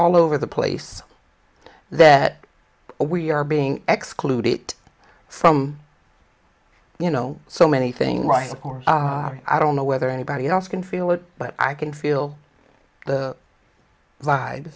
all over the place that we are being exclude it from you know so many thing right of course i don't know whether anybody else can feel it but i can feel the slide